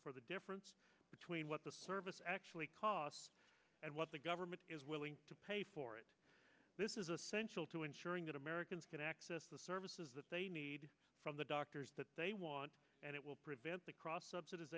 for the difference between what the service actually cost and what the government is willing to pay for it this is essential to ensuring that americans can access the services that they need from the doctors that they want and it will prevent the cross subsidi